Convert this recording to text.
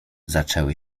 zaczęły